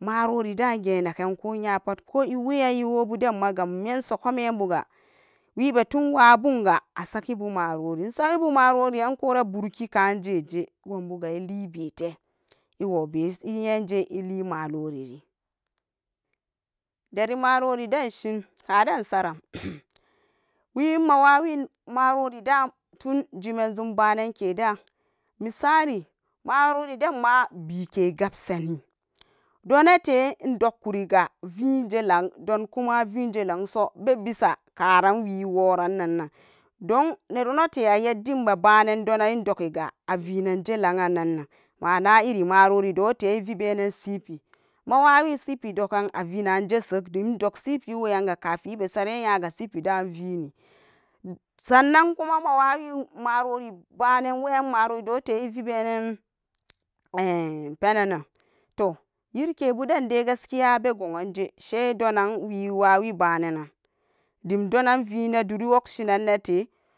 marori dan genaken nya pat ko iweyan iwobuden magam meso gomenbuga a sakibu marori, isagibu morori anko be burkika jeje gobuga ili bete, iwobe iyeje ili maroriri, deri marori denshin kadan saran hmm we mawawin marori da'a tun jiman zum bananke da'a misali marori danma beike gabsani do nate indok koriga veje lan don kuma veje lanso bebisa karan wiworanan don nyedonate a yaddin doman idogiga a venanjelan anan mana iri marori don ate ivibenan cp mawowin cp dogan a vinaje sag dim idog cp wenanga kafin isaren nyaga cp an vini, sannan kuma mawawin marori banan weyante ivi benan ehhn penannan toh yirikebudande gaskiya begowa nje she daan wiwawi banenan dim donan vine duri wogshinan nete.